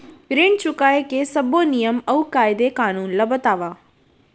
ऋण चुकाए के सब्बो नियम अऊ कायदे कानून ला बतावव